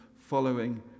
following